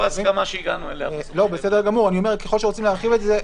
ככול שרוצים להרחיב את זה,